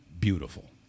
beautiful